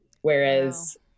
Whereas